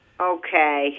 Okay